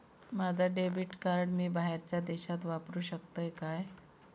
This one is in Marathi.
माझा डेबिट कार्ड मी बाहेरच्या देशात वापरू शकतय काय?